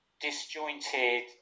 disjointed